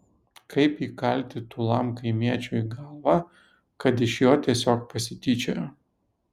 kaip įkalti tūlam kaimiečiui į galvą kad iš jo tiesiog pasityčiojo